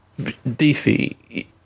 DC